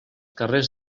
carrers